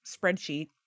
spreadsheet